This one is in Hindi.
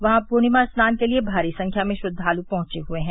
वहां पूर्णिमा स्नान के लिए भारी संख्या में श्रद्वालु पहुंचे हुए हैं